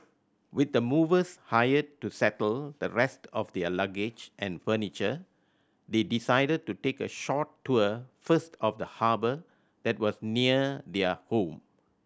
with the movers hired to settle the rest of their luggage and furniture they decided to take a short tour first of the harbour that was near their home